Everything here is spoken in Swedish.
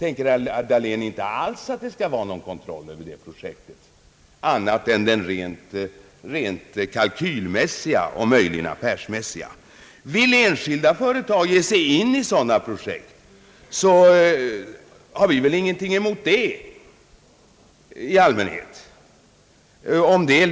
Anser herr Dahlén att det inte alls skall vara någon kontroll över ett sådant projekt, annat än den rent kalkylmässiga och möjligen affärsmässiga? Vill enskilda företag ge sig in i sådana projekt har vi väl i allmänhet ingenting emot det.